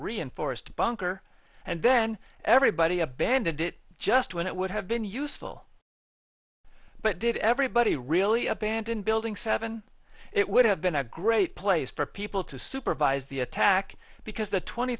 reinforced bunker and then everybody abandoned it just when it would have been useful but did everybody really abandon building seven it would have been a great place for people to supervise the attack because the twenty